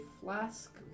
flask